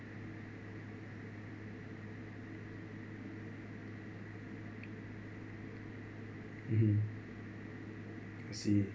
mmhmm I see